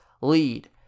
lead